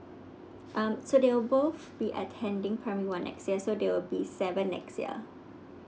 um so they will both be attending primary one next year so they will be seven next year